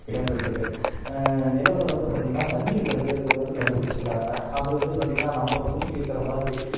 இடம் பெற்றுருக்கு நிலவில் வந்து பார்த்திங்கன்னா தண்ணி இருக்கிறது வந்து கண்டுபிடிச்சிருக்காங்க அது வந்து பார்த்திங்கன்னா நம்ம பூமி இருக்கிறமாதிரி